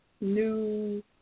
new